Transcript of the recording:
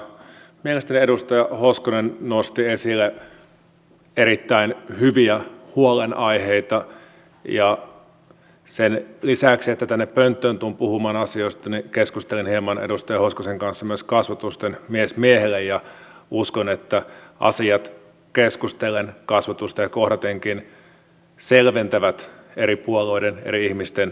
mielestäni edustaja hoskonen nosti esille erittäin hyviä huolenaiheita ja sen lisäksi että tänne pönttöön tulen puhumaan asioista niin keskustelen hieman edustaja hoskosen kanssa myös kasvotusten mies miehelle ja uskon että asiat keskustellen kasvotusten ja kohdatenkin selventävät eri puolueiden eri ihmisten ajatusmaailmoja